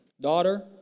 Daughter